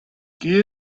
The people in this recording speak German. gehe